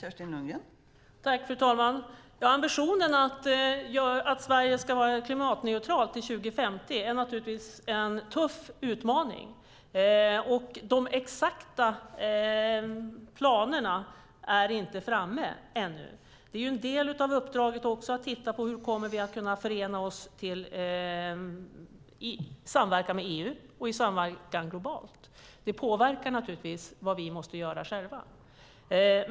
Fru talman! Ambitionen att Sverige ska vara klimatneutralt till 2050 är naturligtvis en tuff utmaning. De exakta planerna är inte klara ännu. Det är en del av uppdraget att titta på hur vi kommer att kunna förena oss inom EU och globalt. Det påverkar det vi måste göra själva.